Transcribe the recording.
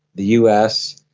the us.